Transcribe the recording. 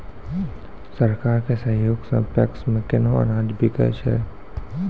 सरकार के सहयोग सऽ पैक्स मे केना अनाज बिकै छै?